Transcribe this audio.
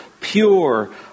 pure